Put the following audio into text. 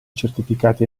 certificati